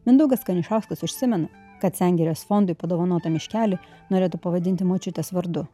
mindaugas kanišauskas užsimena kad sengirės fondui padovanotą miškelį norėtų pavadinti močiutės vardu